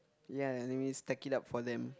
ya anyways stack it up for them